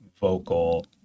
vocal